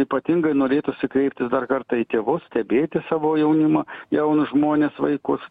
ypatingai norėtųsi kreiptis dar kartą į tėvus stebėti savo jaunimą jaunus žmones vaikus